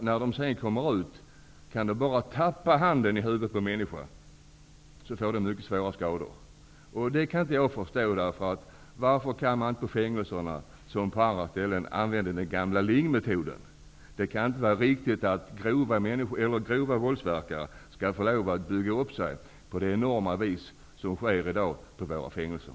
När de sedan kommer ut kan de bara genom att klappa med handen på huvudet på en människa förorsaka mycket svåra skador. Det kan jag inte förstå. Varför kan man inte på fängelserna som på annat håll använda den gamla Lingmetoden? Det kanske inte är riktigt att grova våldsverkare skall få lov att bygga upp sig så enormt som sker i dag på våra fängelser.